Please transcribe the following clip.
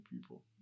people